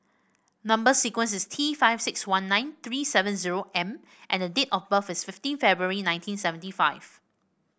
number sequence is T five six one nine three seven zero M and date of birth is fifteen February nineteen seventy five